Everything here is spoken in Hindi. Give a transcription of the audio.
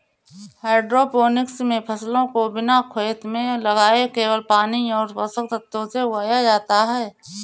हाइड्रोपोनिक्स मे फसलों को बिना खेत में लगाए केवल पानी और पोषक तत्वों से उगाया जाता है